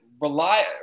rely